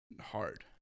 hard